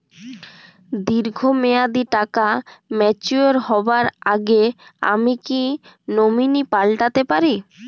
দীর্ঘ মেয়াদি টাকা ম্যাচিউর হবার আগে আমি কি নমিনি পাল্টা তে পারি?